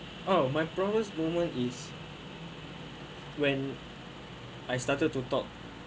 oh my proudest moment is when I started to talk